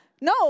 No